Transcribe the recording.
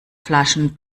flaschen